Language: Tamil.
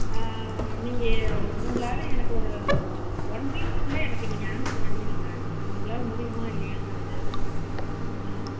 நீங்கள் உங்களால் எனக்கு ஒரு ஒன் வீக்கு குள்ளே நீங்கள் அன்சர் பண்ணி விடுங்க உங்களால் முடியுமா இல்லையாங்கிறது